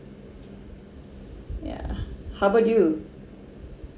yeah how about you